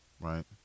right